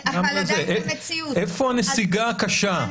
איפה הנסיגה הקשה?